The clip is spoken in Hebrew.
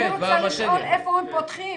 אני רוצה לשאול איפה הם פותחים.